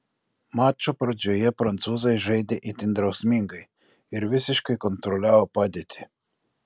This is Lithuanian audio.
mačo pradžioje prancūzai žaidė itin drausmingai ir visiškai kontroliavo padėtį